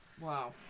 wow